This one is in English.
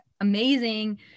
amazing